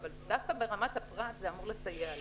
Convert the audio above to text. אבל דווקא ברמת הפרט זה אמור לסייע לו.